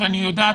אני יודעת,